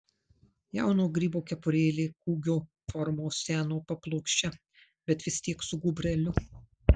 jauno grybo kepurėlė kūgio formos seno paplokščia bet vis tiek su gūbreliu